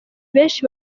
benshi